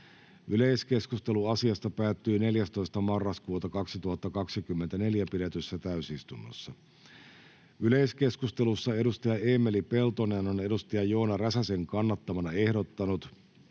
Yleiskeskustelu asiasta päättyi 14.11.2024 pidetyssä täysistunnossa. Yleiskeskustelussa edustaja Eemeli Peltonen on edustaja Joona Räsäsen kannattamana ehdottanut,